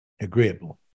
agreeable